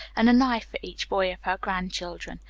and a knife for each boy of her grandchildren,